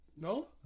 No